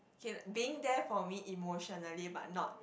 can being there for me emotionally but not